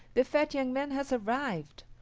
the fat young man has survived!